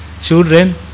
children